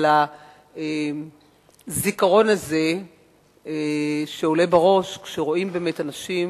אבל הזיכרון הזה שעולה בראש כשרואים באמת אנשים